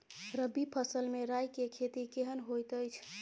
रबी फसल मे राई के खेती केहन होयत अछि?